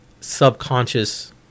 subconscious